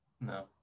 no